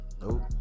Nope